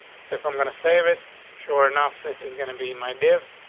so if i'm gonna save it. sure enough, this is gonna be my death.